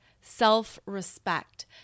self-respect